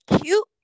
cute